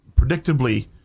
predictably